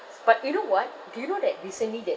but you know what do you know that recently that